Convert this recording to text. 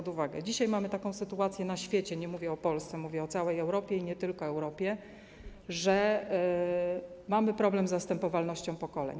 Dzisiaj mamy taką sytuację na świecie - nie mówię o Polsce, mówię o całej Europie i nie tylko Europie - że mamy problem z zastępowalnością pokoleń.